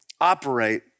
operate